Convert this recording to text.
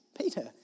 Peter